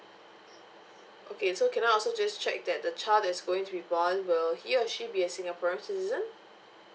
okay so can I also just check that the child that's going to be born will he or she be a singaporean citizen